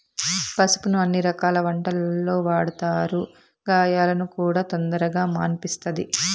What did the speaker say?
పసుపును అన్ని రకాల వంటలల్లో వాడతారు, గాయాలను కూడా తొందరగా మాన్పిస్తది